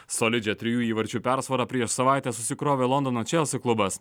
solidžią trijų įvarčių persvarą prieš savaitę susikrovė londono čelsy klubas